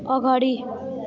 अगाडि